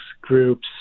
groups